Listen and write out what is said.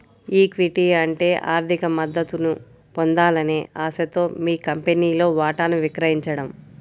equity అంటే ఆర్థిక మద్దతును పొందాలనే ఆశతో మీ కంపెనీలో వాటాను విక్రయించడం